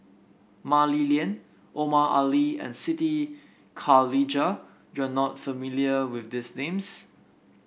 Mah Li Lian Omar Ali and Siti Khalijah you are not familiar with these names